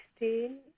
16